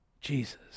Jesus